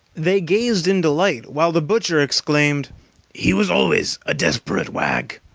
they gazed in delight, while the butcher exclaimed he was always a desperate wag!